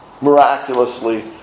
miraculously